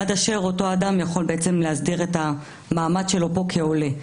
עד אשר אותו אדם יכול להסדיר את המעמד שלו פה כעולה.